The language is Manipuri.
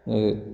ꯃꯣꯏꯒꯤ